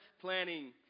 planning